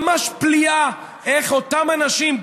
ממש פליאה איך אותם אנשים,